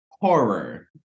horror